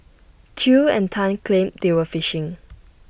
chew and Tan claimed they were fishing